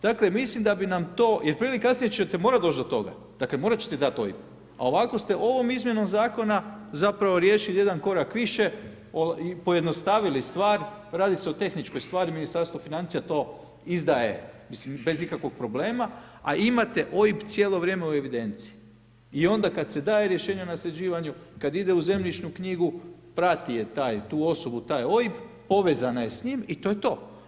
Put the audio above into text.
Dakle mislim da bi nam to, jer prije ili kasnije ćete morati doć do toga, dakle morat ćete dati OIB a ovako ste ovom izmjenom zakona zapravo riješili jedan korak više i pojednostavili stvar, radi se o tehničkoj stvari, Ministarstvo financija to izdaje bez ikakvog problema a imate OIB cijelo vrijeme u evidenciji onda kad se daje rješenje o nasljeđivanju, kad ide u zemljišnu knjigu prati tu osobu taj OIB, povezana je s njim i to je to.